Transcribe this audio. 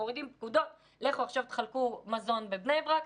מורידים פקודות לכו תחלקו מזון בבני ברק,